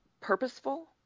purposeful